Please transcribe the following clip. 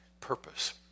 purpose